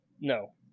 No